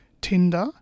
tinder